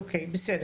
אוקיי, בסדר.